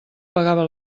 pagava